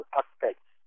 aspects